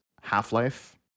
Half-Life